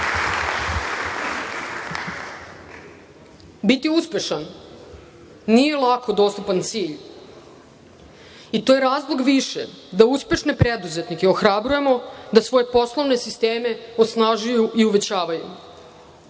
uspešan nije lako dostupan cilj, i to je razlog više da uspešne preduzetnike ohrabrujemo da svoje poslovne sisteme osnažuju i uvećavaju.